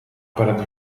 перед